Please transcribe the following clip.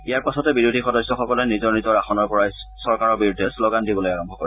ইয়াৰ পাছতে বিৰোধী সদস্যসকলে নিজৰ নিজৰ আসনৰ পৰাই চৰকাৰৰ বিৰুদ্ধে শ্ৰোগান দিবলৈ আৰম্ভ কৰে